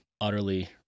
utterly